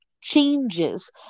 changes